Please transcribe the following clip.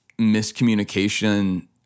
miscommunication